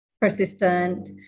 persistent